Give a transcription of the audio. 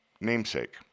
Namesake